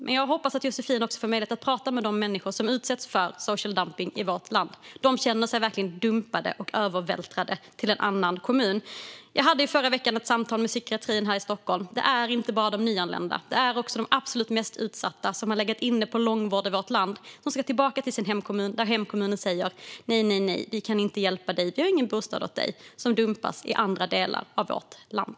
Men jag hoppas också att Josefin får möjlighet att prata med de människor som utsätts för social dumpning i vårt land. De känner sig verkligen dumpade och övervältrade till en annan kommun. Jag hade förra veckan ett samtal med psykiatrin här i Stockholm. Det är inte bara de nyanlända utan också de absolut mest utsatta som man lägger in för lång vård i vårt land. De ska tillbaka till sin hemkommun, som säger: Nej, nej, vi kan inte hjälpa dig, för vi har inte någon bostad till dig. De dumpas då till andra delar av vårt land.